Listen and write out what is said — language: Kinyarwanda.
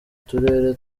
turere